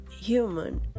human